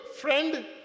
friend